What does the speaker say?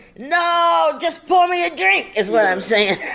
no. just pour me a drink is what i'm saying.